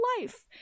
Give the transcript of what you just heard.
life